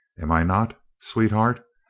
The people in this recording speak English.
am i not, sweetheart?